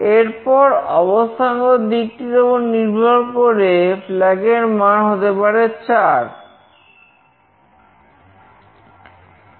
এরপর অবস্থানগত দিকটির উপর নির্ভর করে flag এর মান হতে পারে 4